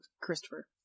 Christopher